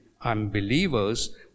unbelievers